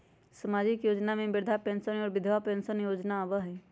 सामाजिक योजना में वृद्धा पेंसन और विधवा पेंसन योजना आबह ई?